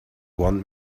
want